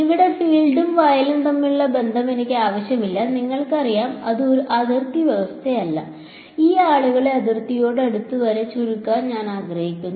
ഇവിടെ ഫീൽഡും വയലും തമ്മിലുള്ള ബന്ധം എനിക്ക് ആവശ്യമില്ല നിങ്ങൾക്കറിയാം ഇത് ഒരു അതിർത്തി വ്യവസ്ഥയല്ല ഈ ആളുകളെ അതിർത്തിയോട് അടുത്ത് വരെ ചുരുക്കാൻ ഞാൻ ആഗ്രഹിക്കുന്നു